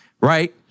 right